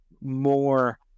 more